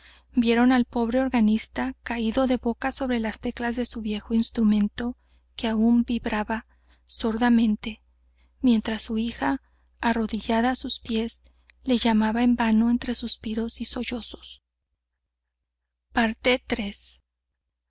vieron al pobre organista caído de boca sobre las teclas de su viejo instrumento que aún vibraba sordamente mientras su hija arrodillada á sus pies le llamaba en vano entre suspiros y sollozos